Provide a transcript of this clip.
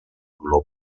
dolor